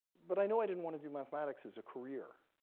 but i know i didn't want to do mathematics as a career.